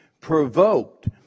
provoked